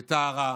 בטהרה,